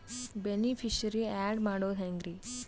Beneficiary, add ಮಾಡೋದು ಹೆಂಗ್ರಿ?